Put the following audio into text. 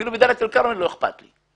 אפילו בדלית אל כרמל לא אכפת לי.